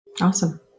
Awesome